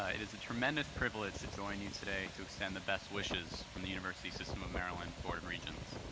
ah it is a tremendous privilege to join you today to extend the best wishes from the university system of maryland board of regents.